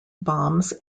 bombs